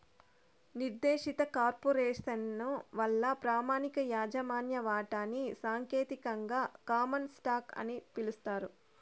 నిర్దేశిత కార్పొరేసను వల్ల ప్రామాణిక యాజమాన్య వాటాని సాంకేతికంగా కామన్ స్టాకు అని పిలుస్తారు